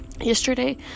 Yesterday